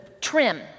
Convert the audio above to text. trim